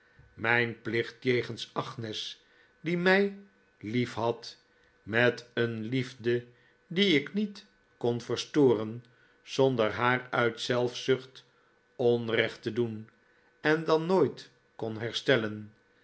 mijn plicht jegens agnes die mij liefhad met een liefde die ik niet kon verstoren zonder haar uit zelfzucht onrecht te doen en dan nooit kon herstellen